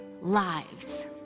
lives